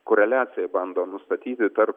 koreliaciją bandom nustatyti tarp